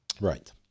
right